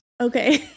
Okay